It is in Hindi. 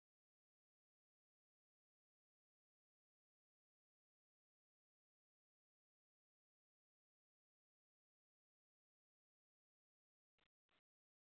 अच्छा देखिए अगर हम लोग आपका एक महीने का दो हज़ार रुपये लेते हैं तो आपका एक साल का ही चौबीस हज़ार हो जाता है मैं तो दो साल का पच्चीस हज़ार बोल रही हूँ तो कैसे ज़्यादा हुआ